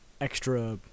extra